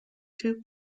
two